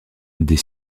des